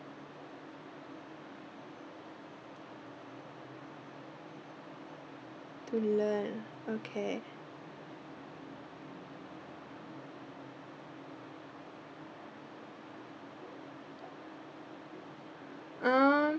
to learn okay uh